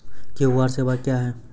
QR सेवा क्या हैं?